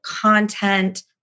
content